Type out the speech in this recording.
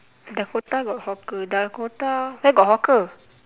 dakota got hawker dakota where got hawker